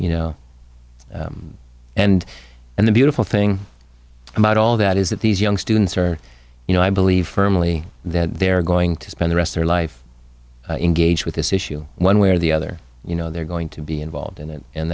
you know and and the beautiful thing about all that is that these young students are you know i believe firmly that they're going to spend the rest their life engaged with this issue one way or the other you know they're going to be involved in it and